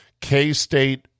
K-State